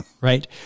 right